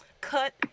cut